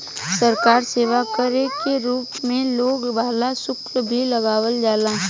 सरकार सेवा कर के रूप में लागे वाला शुल्क भी लगावल जाला